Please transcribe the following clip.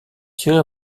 tirer